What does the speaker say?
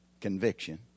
conviction